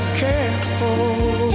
careful